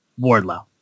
wardlow